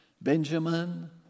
Benjamin